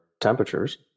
temperatures